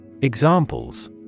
Examples